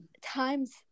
times